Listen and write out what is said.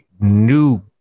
new